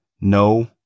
No